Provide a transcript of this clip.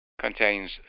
contains